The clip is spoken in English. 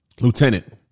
Lieutenant